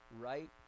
right